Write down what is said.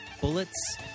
bullets